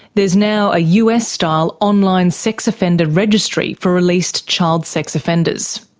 there's now a us-style online sex offender registry for released child sex offenders.